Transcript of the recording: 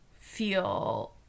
feel